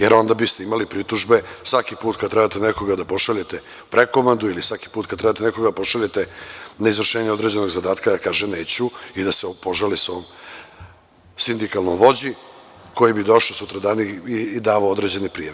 Jer, onda biste imali pritužbe svaki put kad trebate nekoga da pošaljete u prekomandu ili svaki put kad trebate nekoga da pošaljete na izvršenje određenog zadatka da kaže – neću i da se požali svom sindikalnom vođi, koji bi došao sutradan i davao određene prijave.